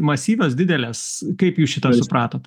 masyvios didelės kaip jūs šitą supratot